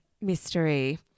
mystery